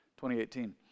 2018